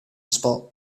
spot